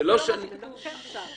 איך היא מגישה את הנייר שלה.